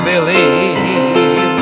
believe